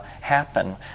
happen